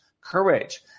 courage